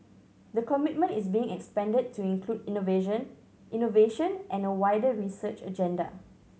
the commitment is being expanded to include innovation and a wider research agenda